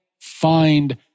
find